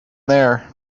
there